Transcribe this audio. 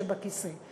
יושב בכיסא,